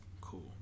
cool